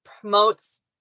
promotes